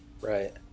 Right